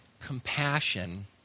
compassion